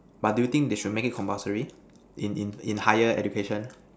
but do you think they should make it compulsory in in in higher education